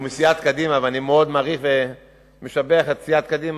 הוא מסיעת קדימה ואני מאוד מעריך ומשבח את סיעת קדימה,